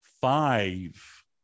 Five